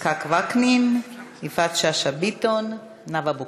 יצחק וקנין, יפעת שאשא ביטון, נאוה בוקר.